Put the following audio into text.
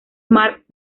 marx